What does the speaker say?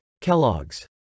Kellogg's